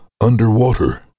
underwater